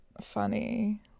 funny